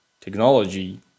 Technology